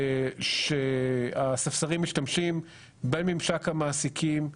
שהספסרים משתמשים בממשק המעסיקים,